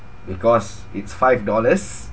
because it's five dollars